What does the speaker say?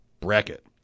bracket